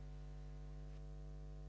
Hvala.